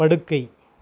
படுக்கை